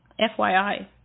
FYI